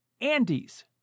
Andes